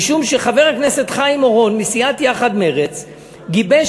משום שחבר הכנסת חיים אורון מסיעת יחד-מרצ גיבש